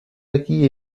aquí